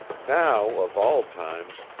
now, of all times,